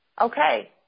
Okay